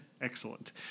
Excellent